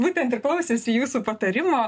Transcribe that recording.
būtent ir klausėsi jūsų patarimo